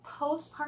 postpartum